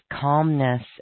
calmness